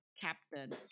captain